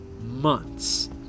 months